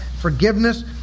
Forgiveness